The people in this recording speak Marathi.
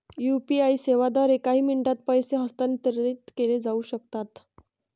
यू.पी.आई सेवांद्वारे काही मिनिटांत पैसे हस्तांतरित केले जाऊ शकतात